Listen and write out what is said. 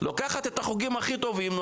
לוקחת את החוגים הכי טובים,